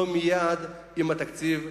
לא מייד עם התקציב,